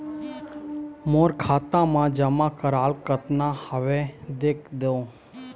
मोर खाता मा जमा कराल कतना हवे देख देव?